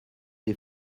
des